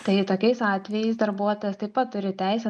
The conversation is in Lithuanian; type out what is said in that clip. tai tokiais atvejais darbuotojas taip pat turi teisę